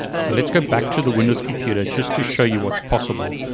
so let's go back to the windows computer just to show you what's possible.